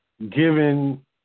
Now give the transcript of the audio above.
given